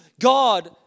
God